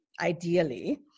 ideally